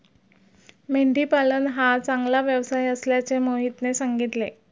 मेंढी पालन हा चांगला व्यवसाय असल्याचे मोहितने सांगितले